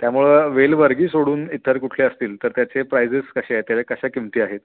त्यामुळं वेलवर्गी सोडून इतर कुठले असतील तर त्याचे प्रायजेस कसे आहेत त्याच्या कशा किमती आहेत